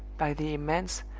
by the immense,